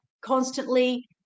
constantly